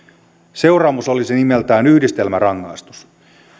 seuraamus olisi nimeltään yhdistelmärangaistus